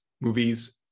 movies